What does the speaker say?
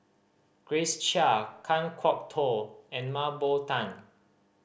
Grace Chia Kan Kwok Toh and Mah Bow Tan